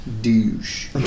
douche